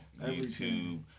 YouTube